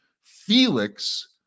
Felix